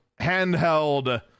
handheld